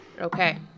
Okay